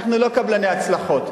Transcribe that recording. אנחנו לא קבלני הצלחות.